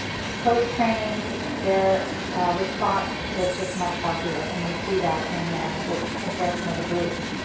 post training their response was just much healthier and you see that in the the comparison of the groups.